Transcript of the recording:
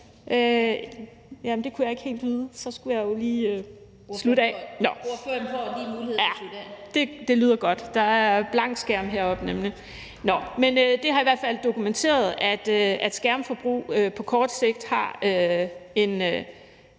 har i hvert fald dokumenteret, at skærmforbrug på kort sigt har en